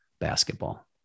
basketball